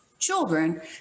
children